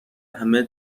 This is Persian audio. همه